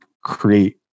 create